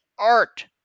art